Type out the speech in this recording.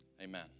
amen